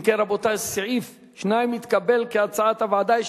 אם כן, רבותי, סעיף 2 נתקבל כהצעת הוועדה.